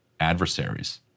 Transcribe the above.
adversaries